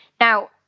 Now